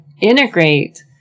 integrate